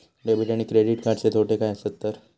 Debit आणि credit कार्डचे तोटे काय आसत तर?